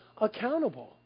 accountable